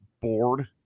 bored